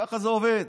ככה זה עובד.